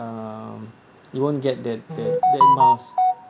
um you won't get that that that miles